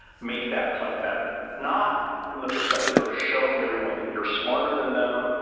make that plan better. not from the perspective of showing everyone that you're smarter than them,